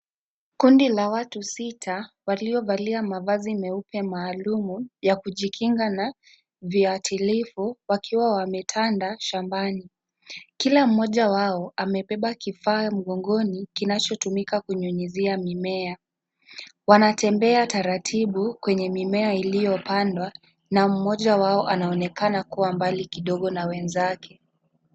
Kundi la watu sita waliovalia mavazi meupe maalum, ya kujikinga na viatilifu wakiwa wametanda shambani. Kila mmoja wao amebeba kifaa mgongoni kinachotumika kunyunyizia mimea. Wanatembea taratibu kwenye mimea iliyopandwa na mmoja wao anaonekana kuwa mbali kidogo na wenzake.